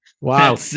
Wow